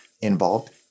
involved